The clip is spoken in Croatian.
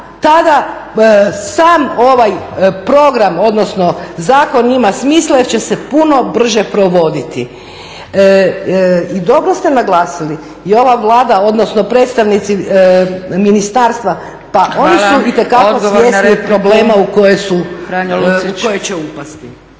tada sam ovaj program odnosno zakon ima smisla jer će se puno brže provoditi. I dobro ste naglasili i ova Vlada odnosno predstavnici ministarstva, pa oni su itekako svjesni problema u koje će upasti.